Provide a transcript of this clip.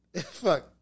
Fuck